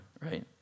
right